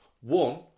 One